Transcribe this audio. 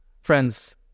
Friends